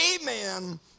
Amen